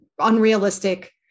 unrealistic